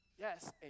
Yes